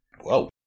Whoa